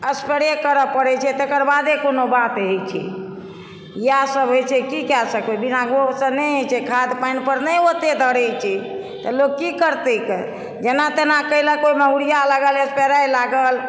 असगरे करऽ परय छै तकर बादे कोनो बात होइ छै इएह सब होइ छै की कै सकबै नहि होइ छै खाद पानि पर नहि ओते धरै छै तऽ लोक की करतै ग जेना तेना कैलक ओहिमे उरिया लागल सप्रे लागल